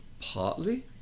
partly